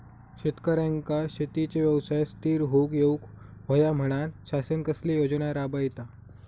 शेतकऱ्यांका शेतीच्या व्यवसायात स्थिर होवुक येऊक होया म्हणान शासन कसले योजना राबयता?